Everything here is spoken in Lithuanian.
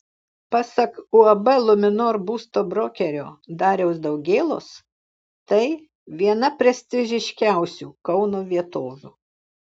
pasak uab luminor būsto brokerio dariaus daugėlos tai viena prestižiškiausių kauno vietovių